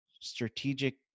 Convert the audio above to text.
strategic